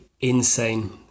insane